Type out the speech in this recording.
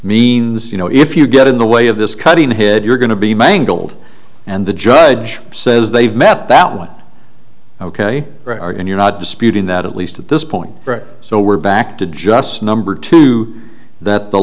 means you know if you get in the way of this cutting head you're going to be mangled and the judge says they've met that one ok and you're not disputing that at least at this point so we're back to just number two that the